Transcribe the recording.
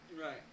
Right